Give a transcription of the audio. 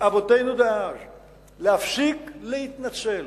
מאבותינו דאז זה להפסיק להתנצל.